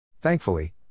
Thankfully